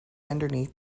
underneath